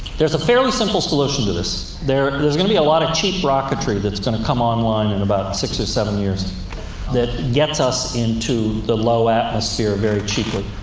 there's a fairly simple solution to this. there's there's going to be a lot of cheap rocketry that's going to come online in and about six or seven years that gets us into the low atmosphere very cheaply.